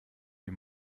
die